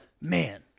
man